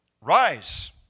Rise